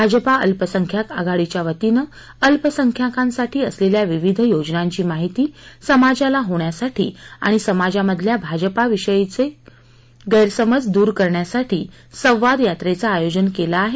भाजपा अल्पसंख्याक आघाडीच्या वतीने अल्पसंख्याकासाठी असलेल्या विविध योजनाची माहिती समाजाला होण्यासाठी आणि समाजा मधील भाजापा विषयीचे गई समज दुर करण्यासाठी संवाद यात्रेच आयोजन केल आहे